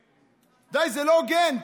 די, זה לא הוגן.